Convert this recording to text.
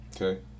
Okay